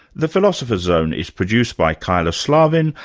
the philosopher's zone is produced by kyla slaven,